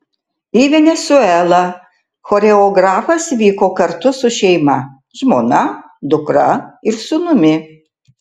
į venesuelą choreografas vyko kartu su šeima žmona dukra ir sūnumi